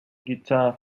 guitar